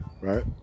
Right